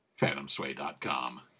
phantomsway.com